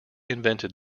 invented